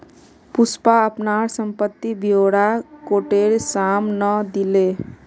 पुष्पा अपनार संपत्ति ब्योरा कोटेर साम न दिले